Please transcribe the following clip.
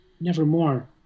nevermore